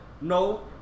no